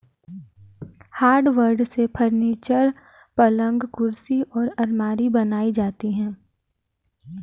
hardwood से furniture, पलंग कुर्सी और आलमारी बनाई जाती है